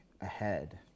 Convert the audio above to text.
ahead